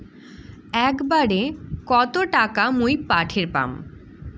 একবারে কত টাকা মুই পাঠের পাম?